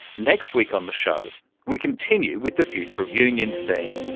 next week on the show we continue with the future of unions theme.